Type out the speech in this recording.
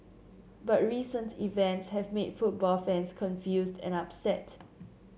but recent events have made football fans confused and upset